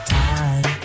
time